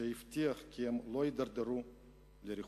שיבטיח כי הם לא יידרדרו לרחוב.